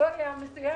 בקטגוריה מסוימת,